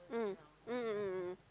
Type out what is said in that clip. mm mm mm mm mm